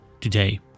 today